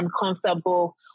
uncomfortable